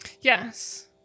Yes